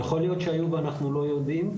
יכול להיות שהיו ואנחנו לא יודעים.